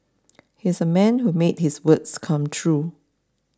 he's a man who made his words come true